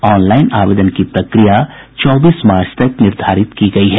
online आवेदन की प्रक्रिया चौबीस मार्च तक निर्धारित की गयी है